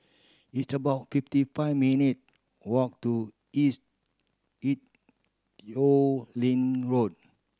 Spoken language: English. it's about fifty five minute walk to East Ee Teow Leng Road